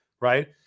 right